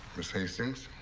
miss hastings.